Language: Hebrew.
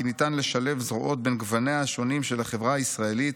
ניתן לשלב זרועות בין גווניה השונים של החברה הישראלית